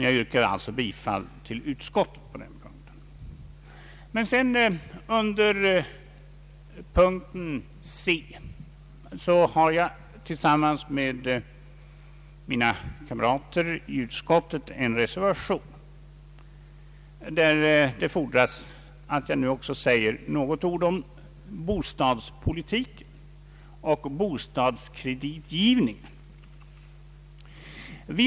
Jag yrkar således bifall till utskottets hemställan på denna punkt. Under punkten C har jag tillsammans med mina partikamrater i utskottet en reservation, som föranleder att jag nu också säger några ord om bostadspolitiken och bostadskreditgivningen.